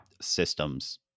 systems